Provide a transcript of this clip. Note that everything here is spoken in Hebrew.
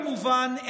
כמובן,